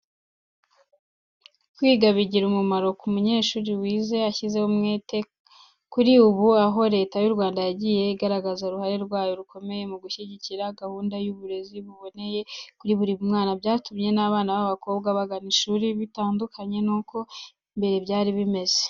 Kwiga bigira umumaro ku munyeshuri wize ashyizeho umwete. Kuri ubu, aho Leta y'u Rwanda yagiye igaragaza uruhare rwayo rukomeye mu gushyiraho gahunda y'uburezi buboneye kuri buri mwana, byatumye n'abana b'abakobwa bagana ishuri, bitandukanye n'uko mbere byari bimeze.